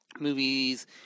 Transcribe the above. Movies